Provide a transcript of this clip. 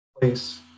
place